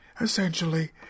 essentially